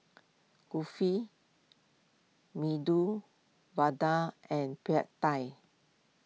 Kulfi Medu Vada and Pad Thai